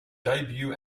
debut